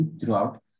throughout